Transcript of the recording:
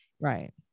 Right